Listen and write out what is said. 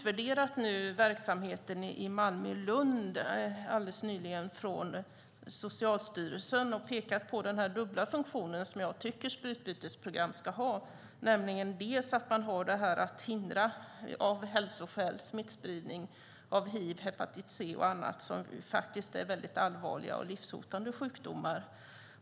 Verksamheten i Malmö och Lund har nyligen utvärderats av Socialstyrelsen. De har pekat på den dubbla funktionen, som jag tycker sprututbytesprogram ska ha. Det handlar bland annat om att av hälsoskäl hindra smittspridning av hiv, hepatit C och så vidare. Det är allvarliga och livshotande sjukdomar.